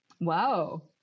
Wow